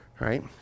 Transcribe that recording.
right